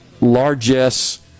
largest